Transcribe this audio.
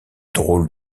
drôle